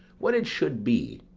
what it should be,